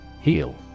Heal